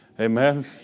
Amen